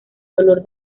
dolor